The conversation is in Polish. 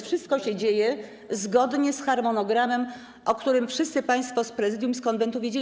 Wszystko więc dzieje się zgodnie z harmonogramem, o którym wszyscy państwo z Prezydium i z Konwentu wiedzieli.